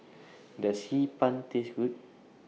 Does Hee Pan Taste Good